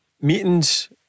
meetings